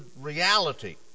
reality